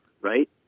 Right